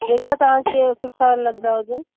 जेका तव्हांखे सुठा लॻंदा हुजनि